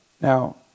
Now